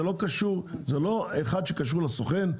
זה לא אחד שקשור לסוכן,